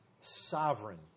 sovereign